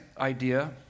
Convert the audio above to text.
idea